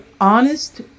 honest